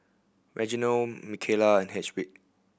Reginal Micaela and Hedwig